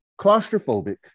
claustrophobic